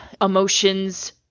emotions